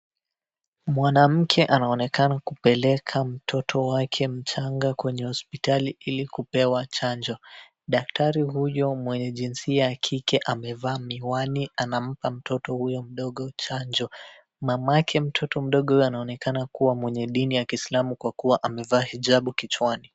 Mwanamke anaonekana kumpeleka mtoto wake mchanga kwenye hospitali ilikupewa chanjo. Daktari huyo mwenye jinsia ya kike amevaa miwani anampa mtoto huyu mdogo chanjo. Mamake mtoto mdogo anaonekana mwenye dini ya kislamu kwa kuwa amevaa hijabu kichwani.